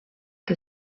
que